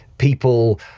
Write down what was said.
people